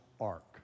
ark